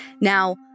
Now